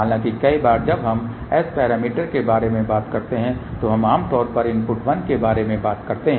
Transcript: हालाँकि कई बार जब हम S पैरामीटर के बारे में बात करते हैं तो हम आमतौर पर इनपुट 1 के बारे में बात करते हैं